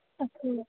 ਅੱਛਾ ਜੀ